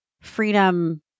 freedom